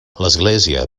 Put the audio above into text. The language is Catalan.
l’església